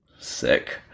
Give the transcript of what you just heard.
sick